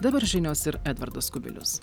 dabar žinios ir edvardas kubilius